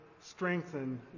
strengthen